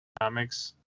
comics